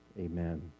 Amen